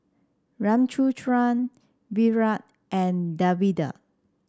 Ramchundra Virat and Davinder